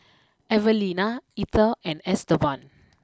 Evelina Ether and Estevan